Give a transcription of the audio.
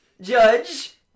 Judge